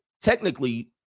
technically